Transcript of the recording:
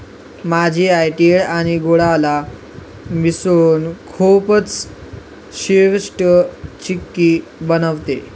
माझी आई तिळ आणि गुळाला मिसळून खूपच चविष्ट चिक्की बनवते